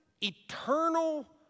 eternal